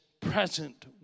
present